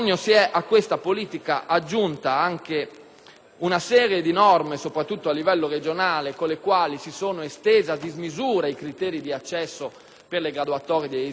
una serie di norme, soprattutto a livello regionale, con le quali si sono estesi a dismisura i criteri di accesso alle graduatorie di edilizia pubblica. È vero quanto diceva il collega Leoni,